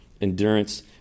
endurance